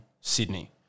Sydney